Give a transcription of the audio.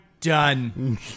done